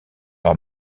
par